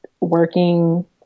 working